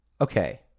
okay